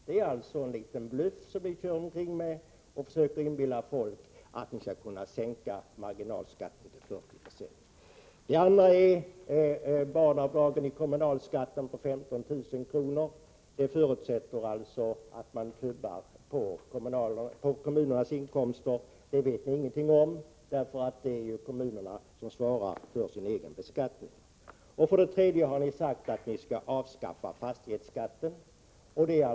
Det är alltså litet grand en bluff som ni kör med. Ni försöker inbilla folk att ni skulle kunna sänka marginalskatten till 40 90. Det andra är barnavdragen i den kommunala beskattningen på 15 000 kr. Det förutsätter att man kan tumma på kommunernas inkomster. Men detta vet ni ingenting om, för det är ju kommunerna som svarar för sin egen beskattning. Ni har vidare, för det tredje, sagt att ni skall avskaffa fastighetsskatten.